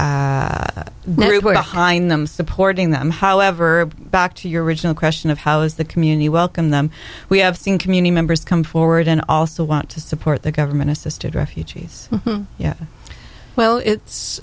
high in them supporting them however back to your original question of how is the community welcomed them we have seen community members come forward and also want to support the government assisted refugees yeah well it's